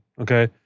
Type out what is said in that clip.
Okay